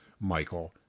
Michael